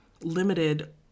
limited